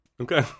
Okay